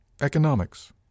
economics